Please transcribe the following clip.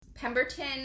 Pemberton